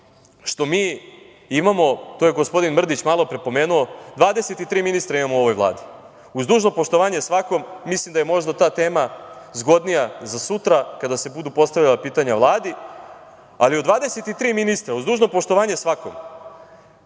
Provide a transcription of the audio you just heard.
što mi imamo, to je gospodin Mrdić malopre pomenuo, 23 ministra imamo u ovoj Vladi, uz dužno poštovanje svakom, mislim da je možda ta tema zgodnija za sutra kada se budu postavljala pitanja Vladi, ali od 23 ministra, uz dužno poštovanje svakom,